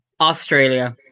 australia